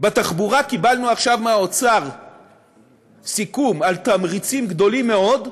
בתחבורה קיבלנו עכשיו מהאוצר סיכום על תמריצים גדולים מאוד,